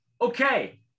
Okay